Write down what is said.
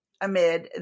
amid